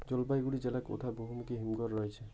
জলপাইগুড়ি জেলায় কোথায় বহুমুখী হিমঘর রয়েছে?